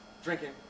drinking